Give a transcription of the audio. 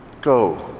Go